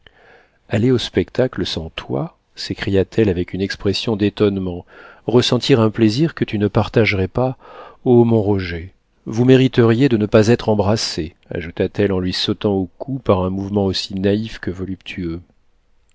aller au spectacle sans toi s'écria-t-elle avec une expression d'étonnement ressentir un plaisir que tu ne partagerais pas oh mon roger vous mériteriez de ne pas être embrassé ajouta-t-elle en lui sautant au cou par un mouvement aussi naïf que voluptueux